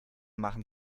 machen